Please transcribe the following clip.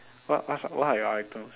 what what's what are your items